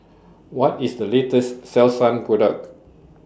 What IS The latest Selsun Product